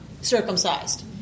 circumcised